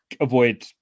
avoid